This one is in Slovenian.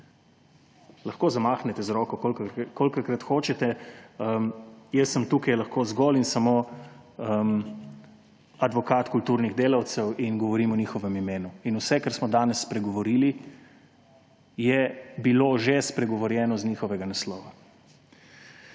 Lahko zamahnete z roko, kolikokrat hočete, jaz sem tukaj lahko zgolj in samo advokat kulturnih delavcev in govorim v njihovem imenu in vse, o čemer smo danes spregovorili, je bilo že spregovorjeno z njihovega naslova.